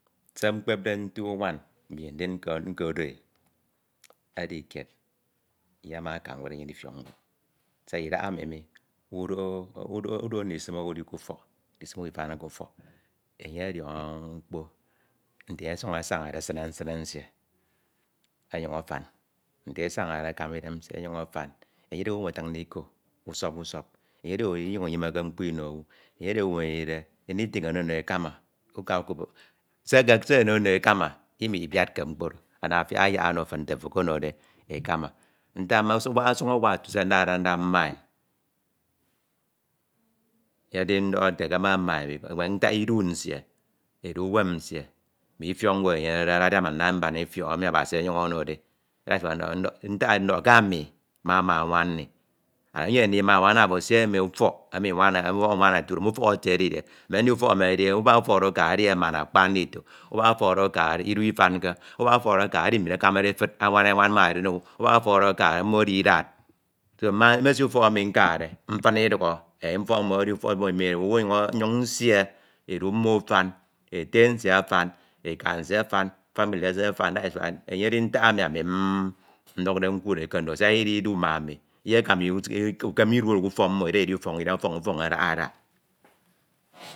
So mkpede ntu nwan ndin nkodoe edi kied enye ama aka ñwed enyene iriọe ñwed siak idahaemi udoho, ido ndisine owu udunim k'utọk, ndisime owu ifanke k'atọk enye ọdiọnọ, nte enye ọsuñ abañde esine mkpo nsie, onyuñ afan, nte e aañade akama idem nsie ọnyuñ afan enye idihe owu emi afiñide iko usọp usọp Enye edi owu emi edide inyuñ inyimeke mkpo mo owu. Enye edi fou emi edide anything ono no e akama, uka wabup, se eke se ono no e akama, imibiadke mkpo oro ana afiak anyak ono fin nte ofo okonode e ekama ntak ọsuk auak ọsuk awak se ndade mma e enye edi ndohode ke mmama e ke nteak ku nise, edu uwem nsie ma ifiọk ñwed enyenede adade adian ma nda mmana ifiọk emi abasi ọnyuñ onode e that is why ndọhọde, ntak ndọhọde ke ami mama nwan nni and unyem ndima owu ana oro esi mme ufọk emi nwan, emi nwan oro otude me ufọk oro etied didie me ndi ufok emi edide ubak ukade edi aman akpa ndito, ubak ọfọk do akade idu ufanke, ubak ufọk do akade edi mbin akamade efid anwawana enwan maden owu, ubak ufọk do akade mmo edi idad, so mma mesie ufọk emi nkade, mfina idakhọ enh ufọk mmo oro edi ufọf emi mi edide nyuñ nsie edu mmo afan, ete nise afan eka nsie afan, family nsie afam that is why enye edi ntak emi ani ndukde nkud e sia enye idiu ma ani iyekama ukem idu oro k'ufọk mmo ida idi ufọk inñi idinam ufọk nni utọk nni adaha ada.